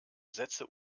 sätze